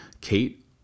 Kate